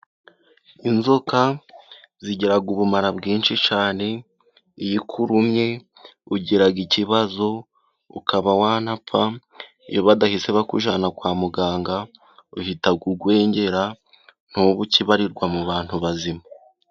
Inzoka zigira ubumara bwinshi cyane ,iyo ikurumye ugira ikibazo ukaba wanapfa, iyo badahise bakujyana kwa muganga uhita ugwengera ,ntube ukibarirwa mu bantu bazima.